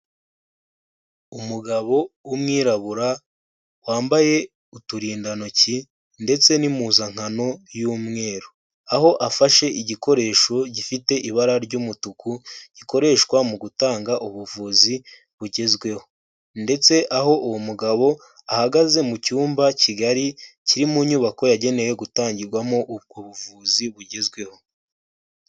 Umugabo w'umwirabura, wambaye uturindantoki ndetse n'impuzankano y'umweru. Aho afashe igikoresho gifite ibara ry'umutuku, gikoreshwa mu gutanga ubuvuzi bugezweho ndetse aho uwo mugabo ahagaze mu cyumba kigari, kiri mu nyubako yagenewe gutangirwamo ubwo buvuzi bugezweho.